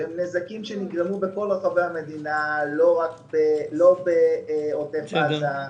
שנגרמו בכל רחבי המדינה, לא בעוטף עזה,